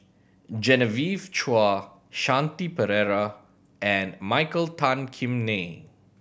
Genevieve Chua Shanti Pereira and Michael Tan Kim Nei